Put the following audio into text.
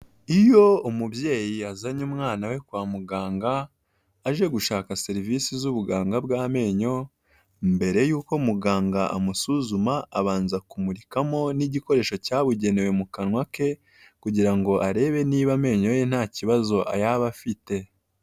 Iyo umubyeyi yazanye umwana we kwa muganga aje gushaka serivisi z'ubuganga bw'amenyo, mbere yuko muganga amusuzuma abanza kumurikamo n'igikoresho cyabugenewe mu kanwa ke, kugira ngo arebe niba amenyo ye nta kibazo yaba afite.